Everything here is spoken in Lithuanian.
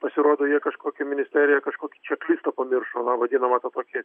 pasirodo jie kažkokia ministerija kažkokia čia klysta pamiršo na vadinamą tą tokį